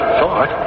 thought